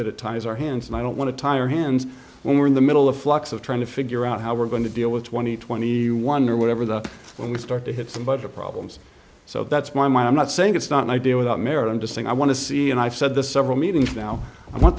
that it ties our hands and i don't want to tie our hands when we're in the middle of flux of trying to figure out how we're going to deal with twenty twenty one or whatever that when we start to have some budget problems so that's why my i'm not saying it's not an idea without merit i'm just saying i want to see and i've said this several meetings now i want